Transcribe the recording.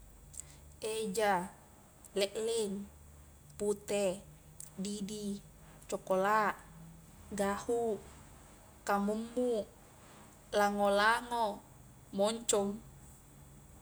Eja, lelleng, pute, didi, cokola, gahu, kamummu, lango-lango, moncong.